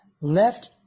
left